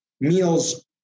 meals